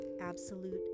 absolute